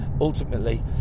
ultimately